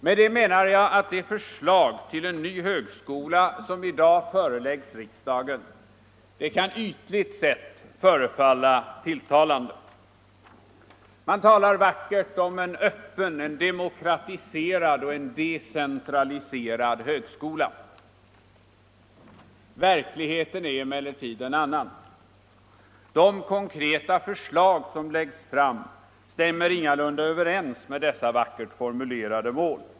Med det menar jag, att det förslag till en ny högskola som i dag föreläggs riksdagen ytligt sett kan förefalla tilltalande. Man talar vackert om en öppen, en demokratiserad och en decentraliserad högskola. Verkligheten är emellertid en annan. De konkreta förslag som läggs fram stämmer ingalunda överens med dessa vackert formulerade mål.